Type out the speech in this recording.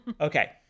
Okay